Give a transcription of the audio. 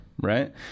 right